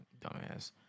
Dumbass